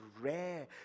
rare